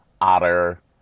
Otter